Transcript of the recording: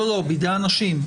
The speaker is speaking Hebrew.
לא, בידי האנשים.